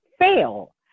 fail